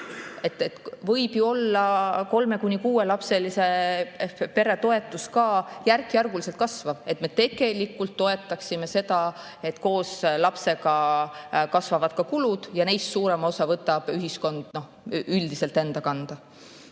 Võib ju olla, et kolme- kuni kuuelapselise pere toetus ka järk-järgult kasvab. Me peaksime tegelikult toetama seda, et koos lapsega kasvavad ka kulud ja neist suurema osa võtab ühiskond üldiselt enda kanda.